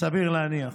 סביר להניח,